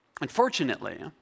Unfortunately